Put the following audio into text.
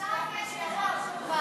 עכשיו יש לך תשובה.